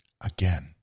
Again